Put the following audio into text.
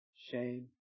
shame